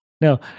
No